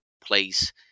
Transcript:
place